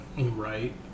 right